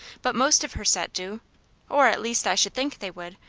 but most of her set do or at least i should think they would,